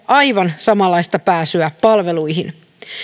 aivan samanlaista pääsyä palveluihin